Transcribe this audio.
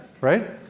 right